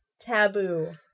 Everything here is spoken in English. Taboo